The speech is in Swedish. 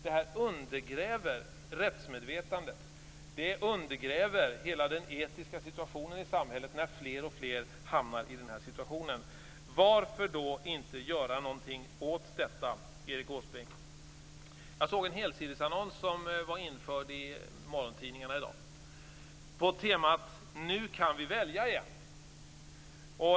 Det här undergräver rättsmedvetandet. Det undergräver hela den etiska situationen i samhället när fler och fler hamnar i det här läget. Varför då inte göra något åt detta, Erik Åsbrink? Jag såg en helsidesannons som var införd i morgontidningarna i dag. Temat var: Nu kan vi välja igen.